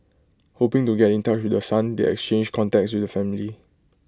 hoping to get in touch with the son they exchanged contacts with the family